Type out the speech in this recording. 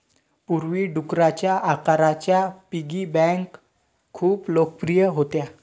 पूर्वी, डुकराच्या आकाराच्या पिगी बँका खूप लोकप्रिय होत्या